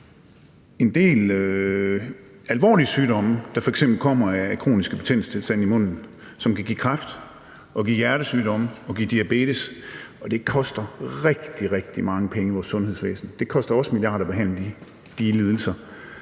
en del alvorlige sygdomme, der f.eks. kommer af kroniske betændelsestilstande i munden, som kan give kræft og hjertesygdomme og diabetes, og det koster rigtig, rigtig mange penge i vores sundhedsvæsen. Det koster også milliarder at behandle de lidelser.